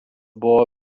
buvo